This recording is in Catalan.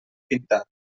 pintat